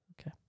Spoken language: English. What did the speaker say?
Okay